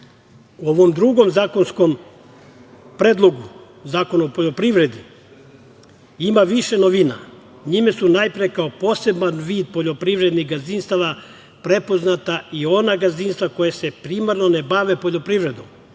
ovom drugom zakonskom predlogu, Zakonu o poljoprivredi, ima više novina, njima su najpre kao poseban vid poljoprivrednih gazdinstava prepoznata i ona gazdinstva koja se primarno ne bave poljoprivredom,